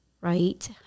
right